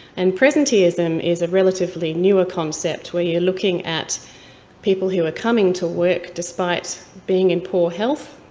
and presenteeism is a relatively newer concept, where you're looking at people who are coming to work despite being in poor health,